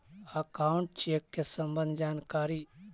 Account check के सम्बन्ध जानकारी?